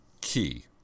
key